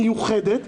מיוחדת,